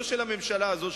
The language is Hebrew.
לא של הממשלה הזאת,